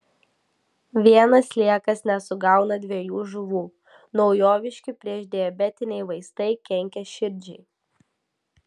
vienas sliekas nesugauna dviejų žuvų naujoviški priešdiabetiniai vaistai kenkia širdžiai